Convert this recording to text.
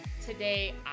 Today